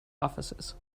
offices